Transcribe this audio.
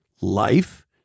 life